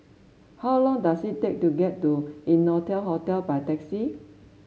how long does it take to get to Innotel Hotel by taxi